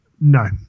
No